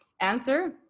answer